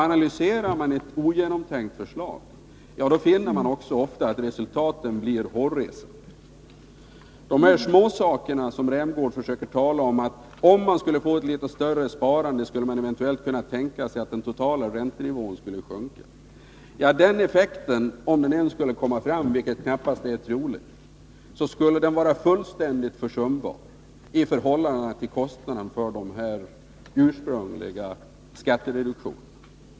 Analyserar man ett ogenomtänkt förslag, då finner man också oftast att resultatet blir hårresande. Rolf Rämgård tog också upp vad jag vill kalla för småsaker och menade att ett något större sparande skulle kunna leda till att den totala räntenivån sjönk. Den effekten, om den ens kom fram, vilket knappast är troligt, skulle vara fullständigt försumbar i förhållande till kostnaderna för de ursprungliga skattereduktionerna.